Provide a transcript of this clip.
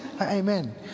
Amen